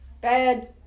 bed